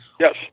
Yes